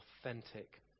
authentic